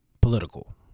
Political